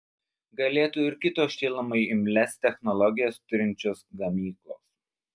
galėtų ir kitos šilumai imlias technologijas turinčios gamyklos